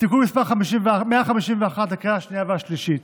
(תיקון מס' 151), לקריאה השנייה והשלישית.